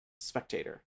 spectator